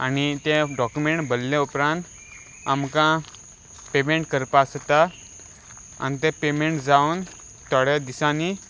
आनी ते डॉक्युमेंट भरले उपरांत आमकां पेमेंट करपा आसता तो आनी तें पेमेंट जावन थोड्या दिसांनी